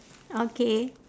okay